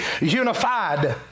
unified